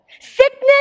Sickness